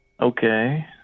Okay